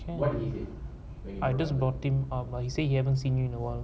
what to eat it I just bottom up but he say he haven't seen you in one